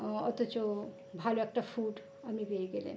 অথচ ভালো একটা ফুড আপনি পেয়ে গেলেন